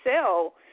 sell